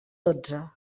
dotze